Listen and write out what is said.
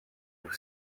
nog